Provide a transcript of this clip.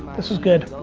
this was good.